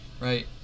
right